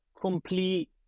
complete